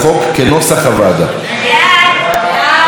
נא להצביע.